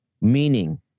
Meaning